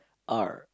R